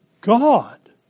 God